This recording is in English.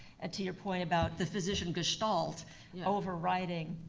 and to your point about the physician gestalt overriding,